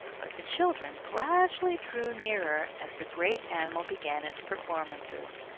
but the children gradually drew nearer as the great animal began its performances.